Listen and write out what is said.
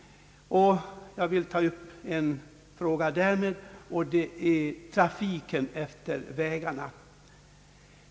I anslutning härtill vill jag något beröra frågan om vägtrafiken.